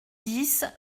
dix